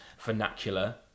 vernacular